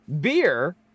Beer